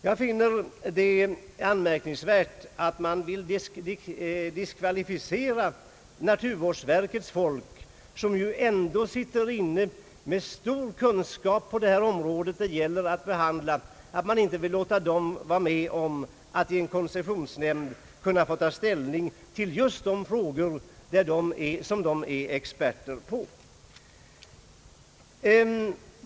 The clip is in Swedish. Jag finner det anmärkningsvärt att man vill diskvalificera naturvårdsverkets tjänstemän, som ju ändå äger stor kunskap på det område nämnden har att behandla, och att man inte vill låta dem vara med om att i nämnden ta ställning till just de frågor som de är experter på.